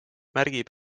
märgib